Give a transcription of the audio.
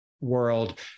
world